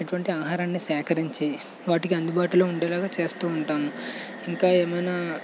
ఇటువంటి ఆహారాన్ని సేకరించి వాటికి అందుబాటులో ఉండేలాగా చేస్తూ ఉంటాము ఇంకా ఏమైనా